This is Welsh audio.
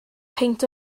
peint